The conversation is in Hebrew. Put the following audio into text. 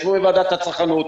ישבו עם ועדת הצרכנות,